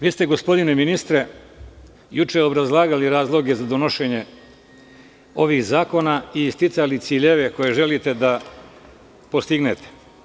Vi ste, gospodine ministre, juče obrazlagali razloge za donošenje ovih zakona i isticali ciljeve koje želite da postignete.